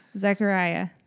Zechariah